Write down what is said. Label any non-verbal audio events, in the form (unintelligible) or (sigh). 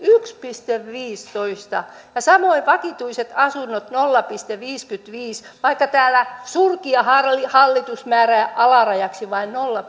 olisi yksi pilkku viisitoista ja samoin vakituiset asunnot nolla pilkku viisikymmentäviisi vaikka täällä surkea hallitus hallitus määrää alarajaksi vain nolla (unintelligible)